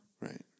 Right